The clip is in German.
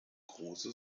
große